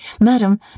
Madam